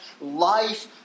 life